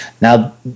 Now